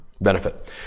benefit